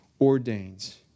ordains